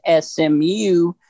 SMU